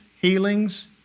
healings